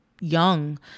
young